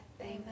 Amen